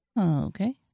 Okay